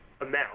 amount